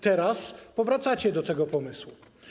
Teraz powracacie do tego pomysłu.